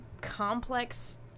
complex